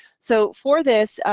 so for this,